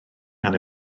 gan